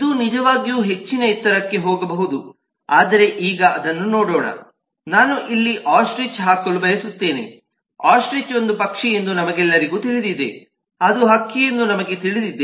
ಇದು ನಿಜವಾಗಿಯೂ ಹೆಚ್ಚಿನ ಎತ್ತರಕ್ಕೆ ಹೋಗಬಹುದು ಆದರೆ ಈಗ ಅದನ್ನು ನೋಡೋಣ ನಾನು ಇಲ್ಲಿ ಆಸ್ಟ್ರಿಚ್ ಹಾಕಲು ಬಯಸುತ್ತೇನೆ ಆಸ್ಟ್ರಿಚ್ ಒಂದು ಪಕ್ಷಿ ಎಂದು ನಮಗೆಲ್ಲರಿಗೂ ತಿಳಿದಿದೆ ಅದು ಹಕ್ಕಿ ಎಂದು ನಮಗೆ ತಿಳಿದಿದೆ